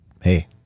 Hey